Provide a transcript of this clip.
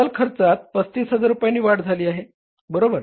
चल खर्चात 35000 रुपयांची वाढ आहे बरोबर